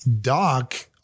doc